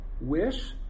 wish